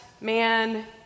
man